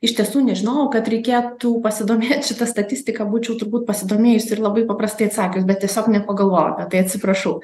iš tiesų nežinojau kad reikėtų pasidomėt šita statistika būčiau turbūt pasidomėjusi ir labai paprastai atsakius bet tiesiog nepagalvojau apie tai atsiprašau